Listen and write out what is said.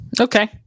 Okay